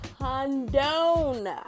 condone